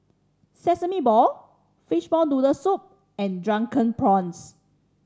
Sesame Ball fishball noodle soup and Drunken Prawns